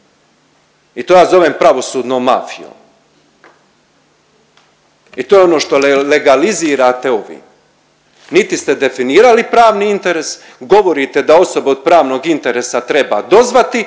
i to ja zovem pravosudnom mafijom. I to je ono što legalizirate ovdje. Niti ste definirali pravni interes, govorite da osobe od pravnog interesa treba dozvati